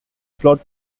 plot